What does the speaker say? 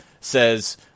says